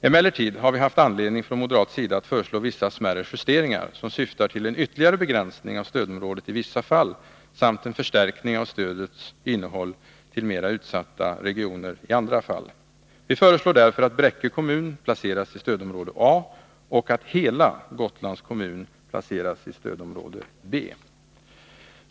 Emellertid har vi från moderat sida haft anledning att föreslå vissa smärre justeringar, som syftar till en ytterligare begränsning av stödområdet i vissa fall samt en förstärkning av stödets innehåll till mera utsatta regioner i andra fall. Vi föreslår därför att Bräcke kommun placeras i stödområde A och att hela Gotlands kommun placeras i stödområde B.